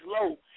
low